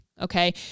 okay